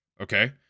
Okay